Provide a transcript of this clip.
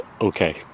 okay